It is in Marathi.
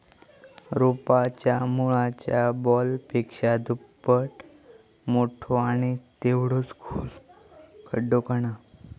रोपाच्या मुळाच्या बॉलपेक्षा दुप्पट मोठो आणि तेवढोच खोल खड्डो खणा